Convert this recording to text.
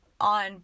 on